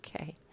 okay